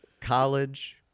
College